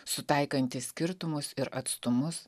sutaikanti skirtumus ir atstumus